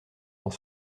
dans